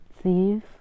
thief